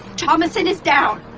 thomassen is down!